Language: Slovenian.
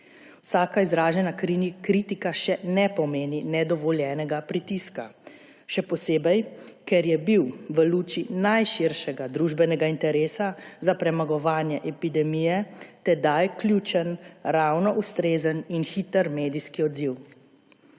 Vsaka izražena kritika še ne pomeni nedovoljenega pritiska. Še posebej, ker je bil v luči najširšega družbenega interesa za premagovanje epidemije tedaj ključen ravno ustrezen in hiter medijski odziv.